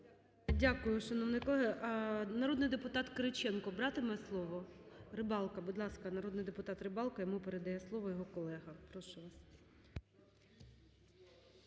Дякую, шановний колего. Народний депутат Кириченко братиме слово? Рибалка. Будь ласка, народний депутат Рибалка. Йому передає слово його колега. Прошу вас.